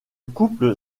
couple